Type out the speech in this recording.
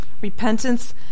repentance